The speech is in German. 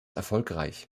erfolgreich